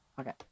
Okay